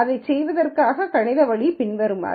இதைச் செய்வதற்கான கணித வழி பின்வருமாறு